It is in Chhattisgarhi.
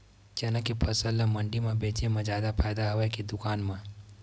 चना के फसल ल मंडी म बेचे म जादा फ़ायदा हवय के दुकान म?